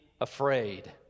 afraid